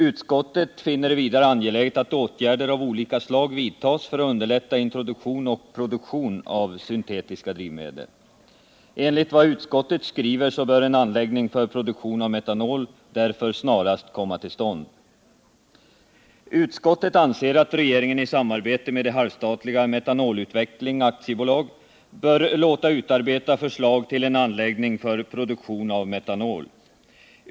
Utskottet finner det vidare angeläget att åtgärder av olika slag vidtas för att underlätta introduktion och produktion av syntetiska drivmedel. Enligt vad utskottet skriver bör en anläggning för produktion av metanol därför snarast komma till stånd. Utskottet anser att regeringen i samarbete med det halvstatliga Metanolutveckling AB bör låta utarbeta förslag till en anläggning för produktionen av metanol.